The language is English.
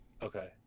Okay